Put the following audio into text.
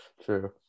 true